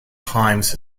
times